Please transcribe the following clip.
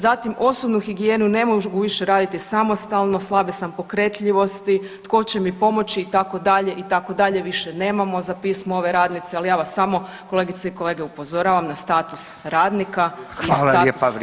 Zatim, osobnu higijenu ne mogu više raditi samostalno, slabe sam pokretljivosti, tko će mi pomoći, itd., itd., više nemamo za pismo ove radnice, ali ja sam samo kolegice i kolege, upozoravam na status radnika i status